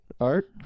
Art